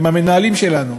שהם המנהלים שלנו.